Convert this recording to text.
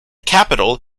capital